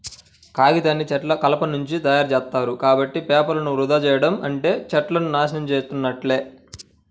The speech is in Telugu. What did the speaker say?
కాగితాన్ని చెట్ల కలపనుంచి తయ్యారుజేత్తారు, కాబట్టి పేపర్లను వృధా చెయ్యడం అంటే చెట్లను నాశనం చేసున్నట్లే